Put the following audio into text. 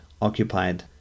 occupied